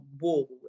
wall